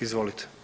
Izvolite.